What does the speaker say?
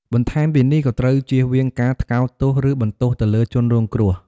បន្ថែមពីនេះ ក៏ត្រូវជៀសវាងការថ្កោលទោស ឬបន្ទោសទៅលើជនរងគ្រោះ។